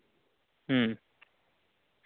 ᱦᱮᱸ